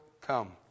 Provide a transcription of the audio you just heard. come